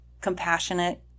compassionate